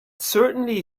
certainly